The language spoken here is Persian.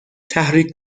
تحریک